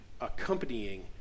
accompanying